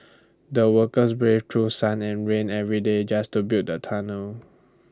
the worker brave through sun and rain every day just to build the tunnel